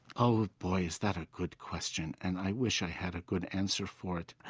oh, boy, is that a good question! and i wish i had a good answer for it.